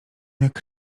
jak